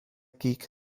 geek